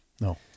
No